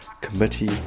committee